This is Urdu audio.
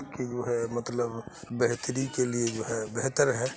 کی جو ہے مطلب بہتری کے لیے جو ہے بہتر ہے